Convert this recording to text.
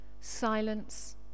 silence